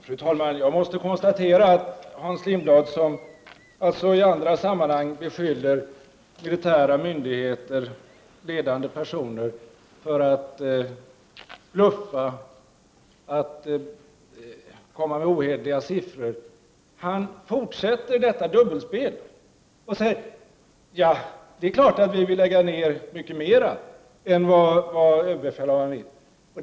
Fru talman! Jag måste konstatera att Hans Lindblad här som i många andra sammanhang beskyller militära myndigheter, ledande personer för att bluffa, att komma med ohederliga siffror. Han fortsätter detta dubbelspel och säger: Det är klart att vi vill lägga ner mycket mer än vad överbefälhavaren vill.